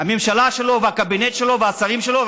הממשלה שלו והקבינט שלו והשרים שלו,